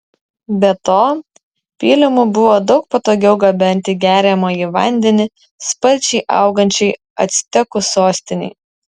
be to pylimu buvo daug patogiau gabenti geriamąjį vandenį sparčiai augančiai actekų sostinei